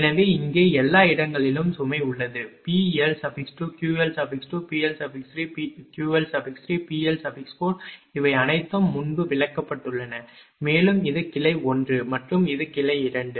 எனவே இங்கே எல்லா இடங்களிலும் சுமை உள்ளது PL2QL2PL3QL3 PL4 இவை அனைத்தும் முன்பு விளக்கப்பட்டுள்ளன மேலும் இது கிளை 1 மற்றும் இது கிளை 2